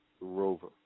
rover